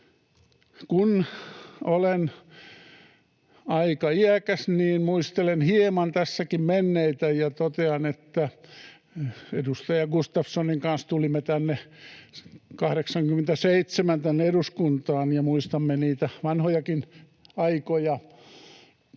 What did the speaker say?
Kun olen aika iäkäs, niin muistelen hieman tässäkin menneitä ja totean, että edustaja Gustafssonin kanssa tulimme 87 tänne eduskuntaan ja muistamme niitä vanhojakin aikoja.